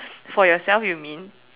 for yourself you mean